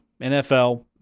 NFL